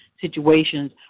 situations